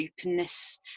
openness